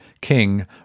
king